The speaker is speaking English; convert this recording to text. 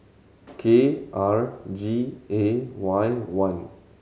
K R G A Y one